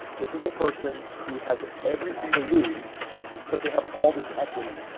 this is a person who has everything to lose but they have all this equity.